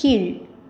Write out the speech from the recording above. கீழ்